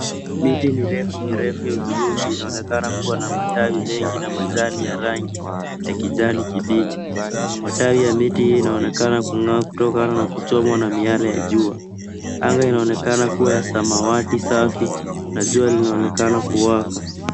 Miti mirefu, mirefu ya hudhurungi inaonekana kuwa na matawi mengi na majani ya rangi ya kijani kibichi. Matawi ya miti hii inaonekana kung'aa kutokana na kuchomwa na miale ya jua. Anga inaonekana kuwa ya samawati safi na jua linaonekana kuwaka.